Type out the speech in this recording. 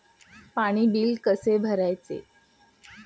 पाणी बिल कसे भरायचे?